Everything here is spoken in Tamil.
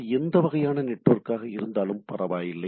அது எந்த வகையான நெட்வொர்க் இருந்தாலும் பரவாயில்லை